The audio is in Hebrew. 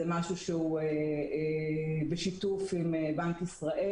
זה משהו שהוא בשיתוף עם בנק ישראל,